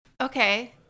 okay